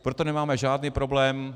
Proto nemáme žádný problém...